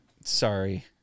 Sorry